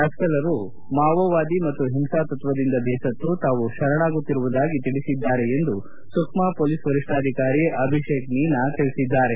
ನಕ್ಲಲರು ಮಾವೋವಾದಿ ಮತ್ತು ಹಿಂಸಾತತ್ವದಿಂದ ಬೇಸತ್ತು ತಾವು ಶರಣಾಗತರಾಗುತ್ತಿರುವುದಾಗಿ ತಿಳಿಸಿದ್ದಾರೆಂದು ಸುಕ್ತಾ ಪೊಲೀಸ್ ವರಿಷ್ಣಾಧಿಕಾರಿ ಅಭಿಷೇಕ್ ಮೀನಾ ತಿಳಿಸಿದ್ದಾರೆ